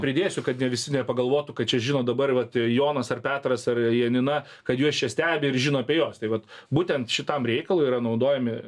pridėsiu kad ne visi nepagalvotų kad čia žinot dabar vat jonas ar petras ar janina kad juos čia stebi ir žino apie juos tai vat būtent šitam reikalui yra naudojami